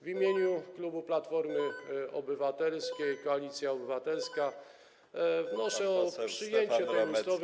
W imieniu klubu Platforma Obywatelska - Koalicja Obywatelska wnoszę o przyjęcie tej ustawy.